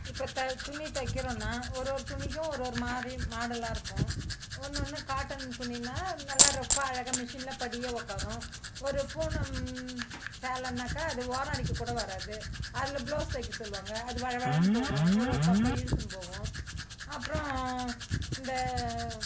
இப்போ த துணி தைக்கிறோன்னா ஒரு ஒரு துணிக்கும் ஒரு ஒரு மாதிரி மாடலாக இருக்கும் ஒன்னொன்று காட்டன் துணின்னால் நல்லா ரஃப்ஃபாக அழகாக மிஷினில் படிய உக்காரும் ஒரு பூனம் சேலைன்னாக்கா அது ஓரம் அடிக்க கூட வராது அதில் ப்ளவுஸ் தைக்க சொல்வாங்க அது வழவழன்னு போகும் ஒரு ஒரு பக்கம் இழுத்துன்னு போகும் அப்புறம் இந்த